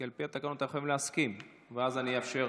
כי על פי התקנון אתם יכולים להסכים, ואז אני אאפשר